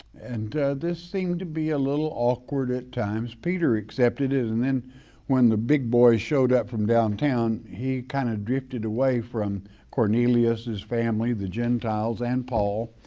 and this seemed to be a little awkward at times. peter accepted it, and then when the big boys showed up from downtown, he kind of drifted away from cornelius, his family, the gentiles and paul,